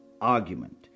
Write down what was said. argument